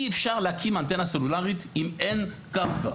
אי אפשר להקים אנטנה סלולרית אם אין קרקע,